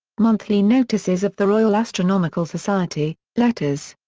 monthly notices of the royal astronomical society letters.